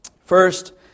First